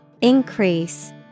Increase